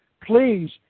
Please